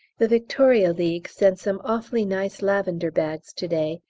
the victoria league sent some awfully nice lavender bags to-day,